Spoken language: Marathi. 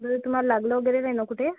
बरं तुम्हाला लागलं वगैरे नाही ना कुठे